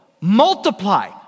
multiply